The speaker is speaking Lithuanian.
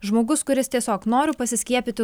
žmogus kuris tiesiog noriu pasiskiepyti